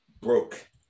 broke